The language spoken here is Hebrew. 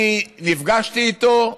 נפגשתי איתו,